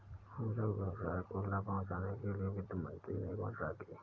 लघु व्यवसाय को लाभ पहुँचने के लिए वित्त मंत्री ने घोषणा की